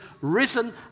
risen